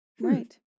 Right